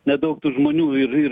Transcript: nedaug tų žmonių ir ir